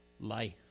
life